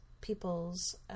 peoples